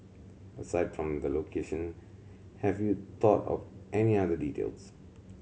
aside from the location have you thought of any other details